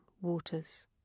waters